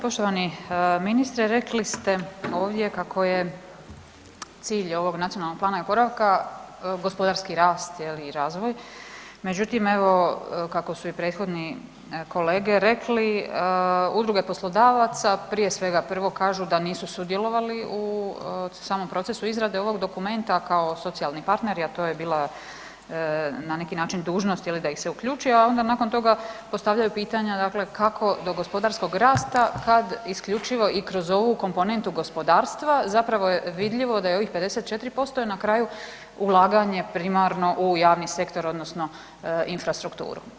Poštovani ministre, rekli ste ovdje kako je cilj ovog NPO-a gospodarski rast, je li, i razvoj, međutim evo kako su i prethodni kolege rekli, udruge poslodavaca, prije svega prvo kažu da nisu sudjelovali u samom procesu izrade ovog dokumenta kao socijalni partneri a to je bila na neki način dužnost da ih se uključi a onda nakon toga postavljaju pitanja, dakle kako do gospodarskog rasta kad isključivo i kroz ovu komponentu gospodarstva zapravo je vidljivo da je ovih 54% na kraju ulaganje primarno u javni sektor odnosno infrastrukturu.